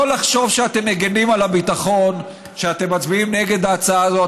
שלא לחשוב שאתם מגינים על הביטחון כשאתם מצביעים נגד ההצעה הזאת.